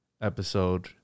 episode